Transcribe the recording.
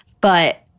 but-